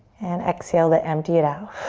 and exhale to empty it out.